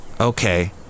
Okay